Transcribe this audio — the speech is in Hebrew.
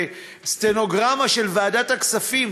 זה סטנוגרמה של ועדת הכספים,